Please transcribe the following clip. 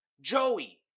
Joey